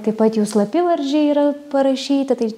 taip pat jų slapyvardžiai yra parašyti tai